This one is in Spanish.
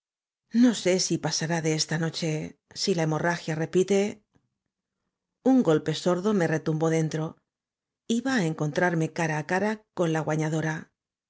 no sé si pasará de esta noche si la hemorragia repite un golpe sordo me retumbó dentro iba á encontrarme cara á cara con la